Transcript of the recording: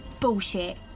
Bullshit